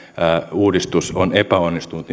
uudistus on epäonnistunut